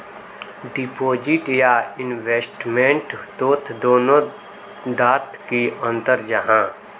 Deposit या investment तोत दोनों डात की अंतर जाहा?